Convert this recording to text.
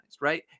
right